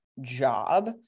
job